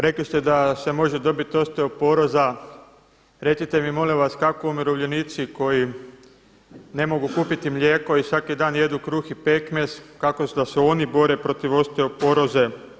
Rekli ste da se može dobiti osteoporoza, recite mi molim vas kako umirovljenici koji ne mogu kupiti mlijeko i svaki dan jedu kruh i pekmez kako da se oni bore protiv osteoporoze?